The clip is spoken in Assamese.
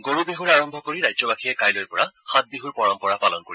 গৰু বিহুৰে আৰম্ভ কৰি ৰাজ্যবাসীয়ে কাইলৈৰ পৰা সাতবিহুৰ পৰম্পৰা পালন কৰিব